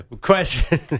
question